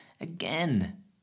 Again